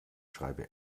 schreibe